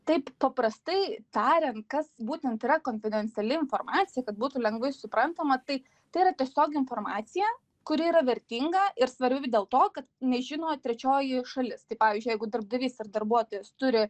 taip paprastai tariant kas būtent yra konfidenciali informacija kad būtų lengvai suprantama tai tai yra tiesiog informacija kuri yra vertinga ir svarbi dėl to kad nežino trečioji šalis tai pavyzdžiui jeigu darbdavys ir darbuotojas turi